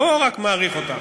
לא רק מעריך אותך,